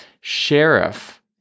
Sheriff